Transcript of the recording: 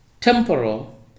temporal